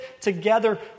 together